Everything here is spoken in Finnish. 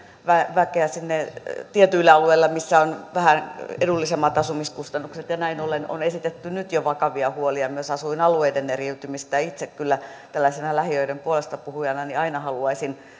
väkeä sinne tietyille alueille missä on vähän edullisemmat asumiskustannukset näin ollen on esitetty nyt jo vakavia huolia myös asuinalueiden eriytymisestä itse kyllä tällaisena lähiöiden puolestapuhujana aina haluaisin